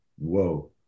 Whoa